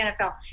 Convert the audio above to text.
nfl